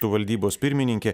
tu valdybos pirmininke